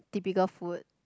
typical food